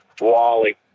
Wally